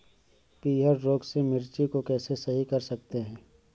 पीहर रोग से मिर्ची को कैसे सही कर सकते हैं?